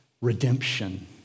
redemption